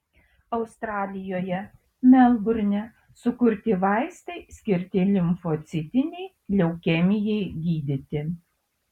australijoje melburne sukurti vaistai skirti limfocitinei leukemijai gydyti